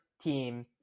team